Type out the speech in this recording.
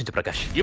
and prakash yeah